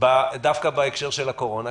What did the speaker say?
דווקא בהקשר של הקורונה.